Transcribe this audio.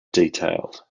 detailed